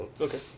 Okay